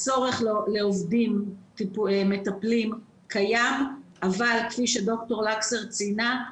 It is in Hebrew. הצורך למטפלים קיים אבל כפי שד"ר לקסר ציינה,